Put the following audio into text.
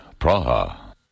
Praha